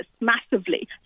massively